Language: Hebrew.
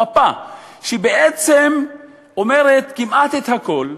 מפה שבעצם אומרת כמעט את הכול.